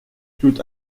toute